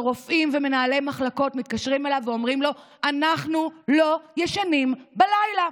רופאים ומנהלי מחלקות מתקשרים אליו ואומרים לו: אנחנו לא ישנים בלילה.